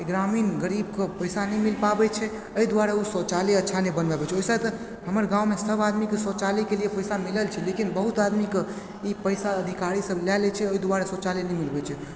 ग्रामीण गरीबके पैसा नहि मिल पाबय छै अइ दुआरे उ शौचालय अच्छा नहि बनबाबइ छै वैसे तऽ हमर गाँवमे सब आदमीके शौचालयके लिये पैसा मिलल छै लेकिन बहुत आदमीके ई पैसा अधिकारी सब लए लै छै ओइ दुआरे शौचालय नहि मिलबय छै